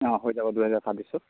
অঁ হৈ যাব দুই হেজাৰ ছাব্বিছত